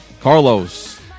Carlos